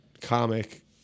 comic